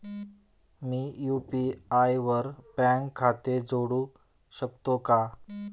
मी UPI वर माझे bank खाते जोडू शकतो का?